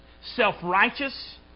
self-righteous